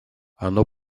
оно